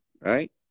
right